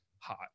Hot